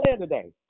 today